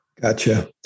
Gotcha